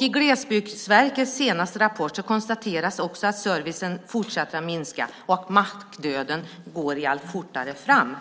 I Glesbygdsverkets senaste rapport konstateras också att servicen fortsätter att minska och att mackdöden går allt fortare fram.